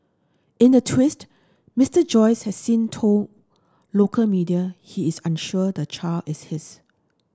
in a twist Mister Joyce has since told local media he is unsure the child is his